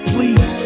Please